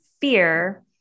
fear